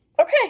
Okay